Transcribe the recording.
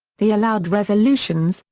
the allowed resolutions,